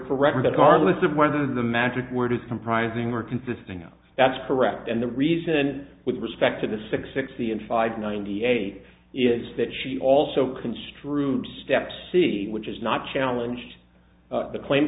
correct regardless of whether the magic word is comprising or consisting of that's correct and the reason with respect to the six sixty and five ninety eight is that she also construed step c which is not challenged the claim